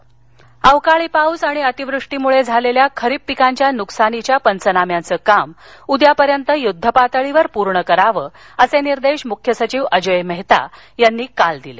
पंचनामे आदेश अवकाळी पाऊस आणि अतिवृष्टीमुळे झालेल्या खरीप पिकांच्या नुकसानीच्या पंचनाम्याचं काम उद्यापर्यंत युद्धपातळीवर पूर्ण करावं असे निर्देश मुख्य सचिव अजोय मेहता यांनी काल दिले